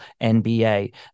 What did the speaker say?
NBA